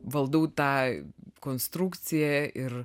valdau tą konstrukciją ir